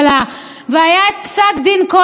והיה פסק דין קול העם,